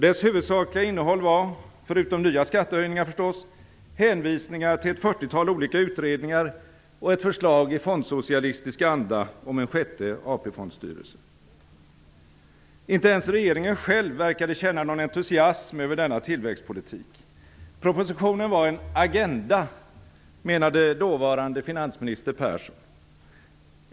Dess huvudsakliga innehåll var, förutom nya skattehöjningar förstås, hänvisningar till ett fyrtiotal olika utredningar och ett förslag i fondsocialistisk anda om en sjätte Inte ens regeringen själv verkade känna någon entusiasm över denna tillväxtpolitik. Propositionen var en "agenda", menade dåvarande finansminister Persson.